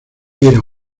era